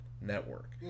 network